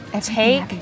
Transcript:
Take